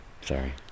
Sorry